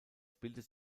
bildet